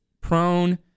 prone